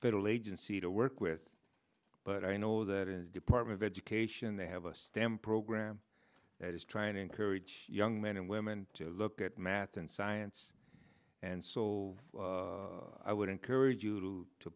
federal agency to work with but i know that in the department of education they have a stamp program that is trying to encourage young men and women to look at math and science and so i would encourage you to